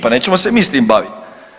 Pa nećemo se mi s tim bavit.